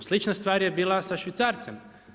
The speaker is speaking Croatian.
Slična stvar je bila i sa švicarcem.